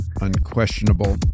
unquestionable